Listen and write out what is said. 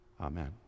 Amen